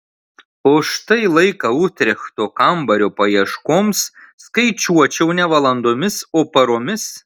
o štai laiką utrechto kambario paieškoms skaičiuočiau ne valandomis o paromis